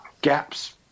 gaps